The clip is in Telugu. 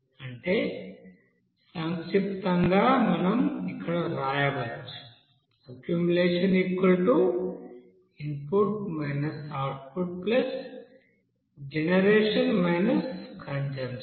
అంటే సంక్షిప్తంగా మనం ఇక్కడవ్రాయవచ్చుఅక్యుములేషన్ఇన్పుట్ అవుట్పుట్జనరేషన్ కంజంప్షన్